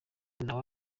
nawe